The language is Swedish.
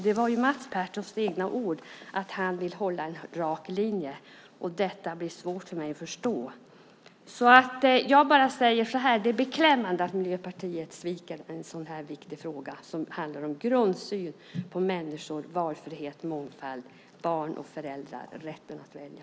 Det var Mats Pertofts egna ord att han vill hålla en rak linje. Det blir svårt för mig att förstå. Det är beklämmande att Miljöpartiet sviker en så viktig fråga som handlar om en grundsyn på människor, valfrihet, mångfald, barn och föräldrar samt rätten att välja.